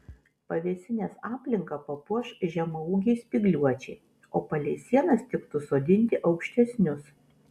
pavėsinės aplinką papuoš žemaūgiai spygliuočiai o palei sienas tiktų sodinti aukštesnius